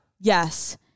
Yes